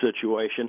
situation